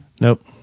Nope